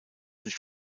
nicht